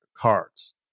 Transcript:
cards